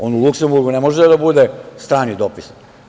On u Luksemburgu ne može da bude strani dopisnik.